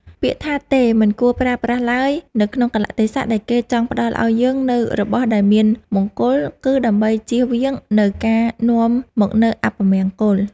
ពាក្យថាទេមិនគួរប្រើប្រាស់ឡើយនៅក្នុងកាលៈទេសៈដែលគេចង់ផ្តល់ឱ្យយើងនូវរបស់ដែលមានមង្គល គឺដើម្បីជៀសវាងនូវការនាំមកនូវអពមង្គល។